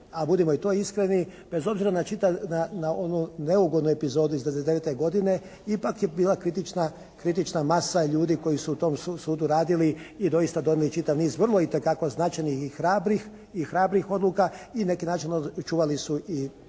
a budimo i to iskreni, bez obzira na čitav, na onu neugodnu epizodu iz 99. godine ipak je bila kritična masa ljudi koji su u tom sudu radili i doista donijeli čitav niz vrlo itekako značajnih i hrabrih odluka i na neki način čuvali su i